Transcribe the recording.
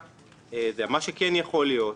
מה שכן יכול להיות,